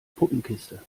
puppenkiste